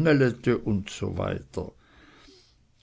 usw